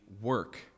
work